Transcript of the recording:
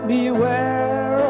Beware